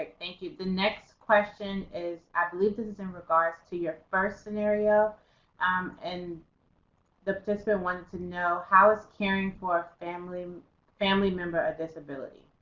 ah thank you the next question is i believe this is in regards to your first scenario and and the participant wanted to know how is caring for a family family member of disability?